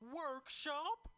workshop